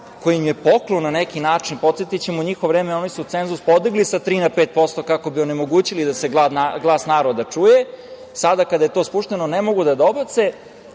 koji im je poklon na neki način, podsetiću vas, u njihovo vreme oni su cenzus podigli sa 3 na 5%, kako bi onemogućili da se glas naroda čuje, sada kada je to spušteno ne mogu da dobace